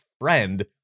friend